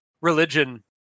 religion